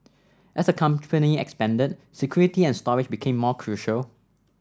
as the company expanded security and storage became more crucial